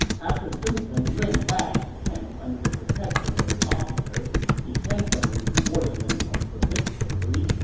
after sun quan limped back to camp under the protection of his officers, he handsomely rewarded ling tong for his bravery,